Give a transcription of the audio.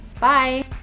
bye